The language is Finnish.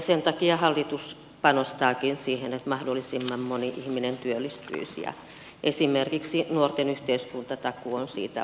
sen takia hallitus panostaakin siihen että mahdollisimman moni ihminen työllistyisi ja esimerkiksi nuorten yhteiskuntatakuu on siitä oiva esimerkki